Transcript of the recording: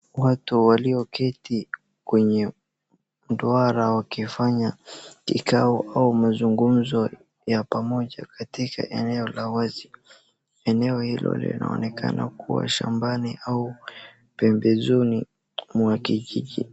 Watu walioketi kwenye duara wakifanya kikao au mazungumzo ya pamoja katika eneo la wazi. Eneo hilo linaonekana kuwa shambani au pembezoni mwa kijiji.